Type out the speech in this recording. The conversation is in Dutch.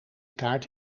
kaart